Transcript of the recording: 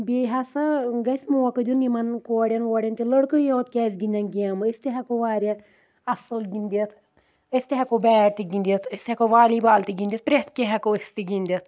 بیٚیہِ ہسا گَژھِ موقعہٕ دِیُن یِمَن کورٮ۪ن وورؠن تہٕ لٔڑکٕے یوت کیازِ گِندان گیمہٕ أسۍ تہِ ہٮ۪کو واریاہ اَصل گِندِتھ أسۍ تہِ ہٮ۪کو بیٹ تہِ گِندِتھ أسۍ ہٮ۪کو والی بال تہِ گِندِتھ پرٛؠتھ کینٛہہ ہٮ۪کو أسۍ تہِ گِندِتھ